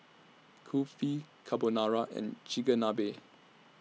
Kulfi Carbonara and Chigenabe